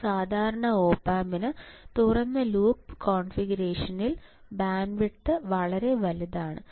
ഒരു സാധാരണ OP AMPന് തുറന്ന ലൂപ്പ് കോൺഗ്രിഗേഷനിൽ ബാൻഡ്വിഡ്ത്ത് വളരെ ചെറുതാണ്